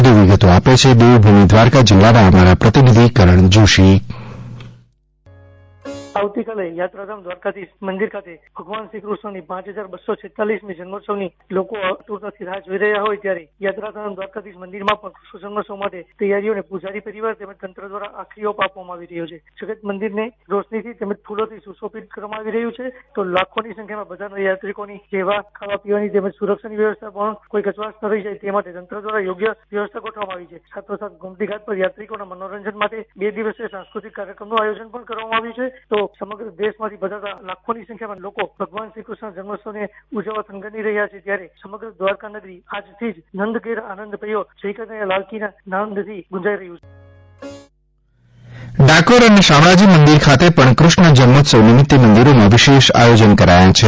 વધુ વિગતો આપે છે દેવભૂમિ દ્વારકા જિલ્લાના અમારા પ્રતિનિધિ કરણ જોષી બાઇટ કરણ જોષી ડાકોર અને શામળાજી મંદિર ખાતે પણ કૃષ્ણ જન્મોત્સવ નિમિત્તે મંદિરોમાં વિશેષ આયોજન કરાયા છે